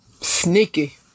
Sneaky